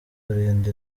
kurinda